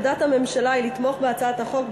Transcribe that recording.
עמדת הממשלה היא לתמוך בהצעת החוק,